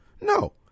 No